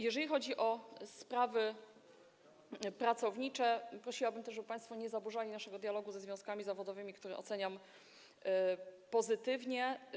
Jeżeli chodzi o sprawy pracownicze, to prosiłabym, żeby państwo nie zaburzali naszego dialogu ze związkami zawodowymi, który oceniam pozytywnie.